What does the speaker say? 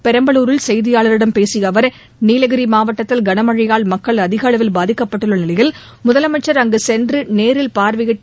பெரம்பலூரில் செய்தியாளர்களிடம் பேசிய அவர் நீலகிரி மாவட்டத்தில் கனமழையால் மக்கள் அதிக அளவில் பாதிக்கப்பட்டுள்ள நிலையில் முதலமைச்சர் அங்கு சென்று நேரில் பார்வையிட்டு